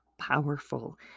powerful